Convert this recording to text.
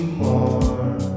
more